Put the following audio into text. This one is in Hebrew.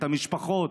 את המשפחות.